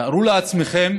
תארו לעצמכם